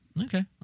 Okay